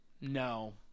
No